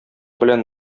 белән